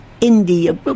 India